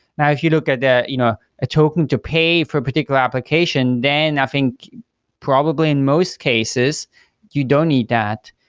now if you look at the you know a token to pay for particular application, then i think probably in most cases you don't need that.